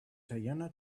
teyana